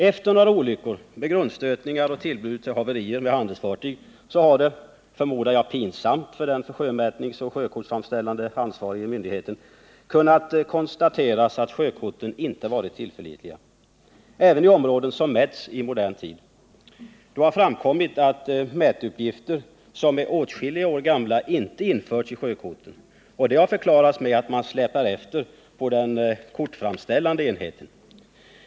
Efter några olyckor med grundstötningar och efter tillbud till haverier med handelsfartyg har det, pinsamt nog för den för sjömätning och sjökortsframställande ansvariga myndigheten, kunnat konstateras att sjökorten inte varit tillförlitliga. Det gäller även områden som har mätts i modern tid. Det har framkommit att åtskilliga år gamla mätuppgifter inte är införda på sjökorten. Detta har förklarats med att arbetet släpar efter på den kortframställande enheten.